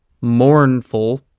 mournful